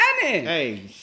Hey